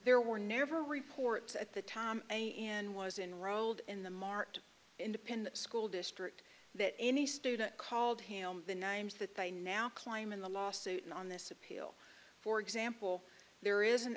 there were never reports at the time a and was in rolled in the marked independent school district that any student called him the names that they now claim in the lawsuit on this appeal for example there is an